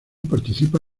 participa